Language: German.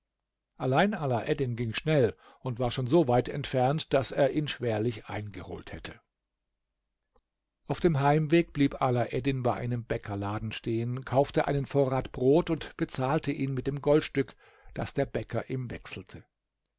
allein alaeddin ging schnell und war schon so weit entfernt daß er ihn schwerlich eingeholt hätte auf dem heimweg blieb alaeddin bei einem bäckerladen stehen kaufte einen vorrat brot und bezahlte ihn mit dem goldstück das der bäcker ihm wechselte